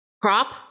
crop